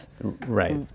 right